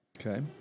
Okay